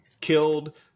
killed